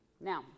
now